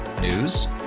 News